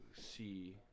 see